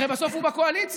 הרי בסוף הוא בקואליציה.